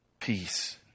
peace